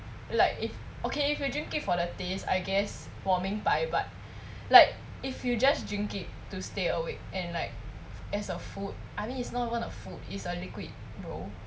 like if okay if you drink it for the taste I guess 我明白 but like if you just drink it to stay awake and like as a food I mean it's not even a food is a liquid